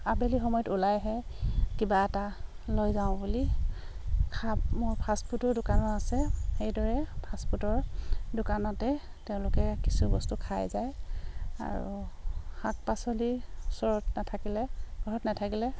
আবেলি সময়ত ওলাই আহে কিবা এটা লৈ যাওঁ বুলি মোৰ ফাষ্টফুডৰ দোকানো আছে সেইদৰে ফাষ্টফুডৰ দোকানতে তেওঁলোকে কিছু বস্তু খাই যায় আৰু শাক পাচলিৰ ওচৰত নাথাকিলে ঘৰত নাথাকিলে